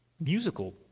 musical